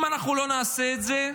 אם אנחנו לא נעשה את זה,